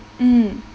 mm